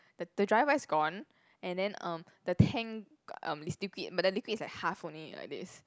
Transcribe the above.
the the driver is gone and then um the tank um is liquid but the liquid is like half only like this